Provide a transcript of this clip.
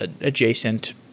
adjacent